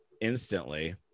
instantly